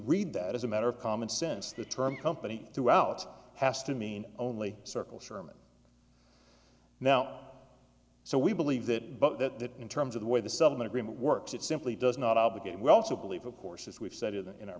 read that as a matter of common sense the term company throughout has to mean only circle sherman now so we believe that but that in terms of the way the settlement agreement works it simply does not obligate we also believe of course as we've said in our